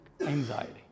Anxiety